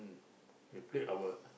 we play our